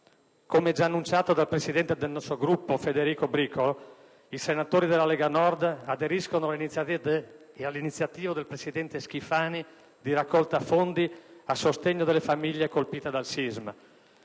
Come già annunciato dal Presidente del nostro Gruppo, Federico Bricolo, i senatori della Lega Nord aderiscono all'iniziativa del presidente Schifani per una raccolta di fondi a sostegno delle famiglie colpite dal sisma.